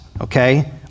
okay